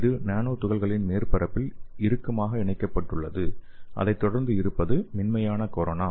இது நானோ துகள்களின் மேற்பரப்பில் இறுக்கமாக இணைக்கப்பட்டுள்ளது அதைத் தொடர்ந்து இருப்பது மென்மையான கொரோனா